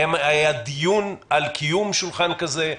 האם היה דיון על קיום שולחן כזה?